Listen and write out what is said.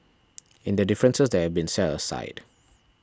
in the differences that have been set aside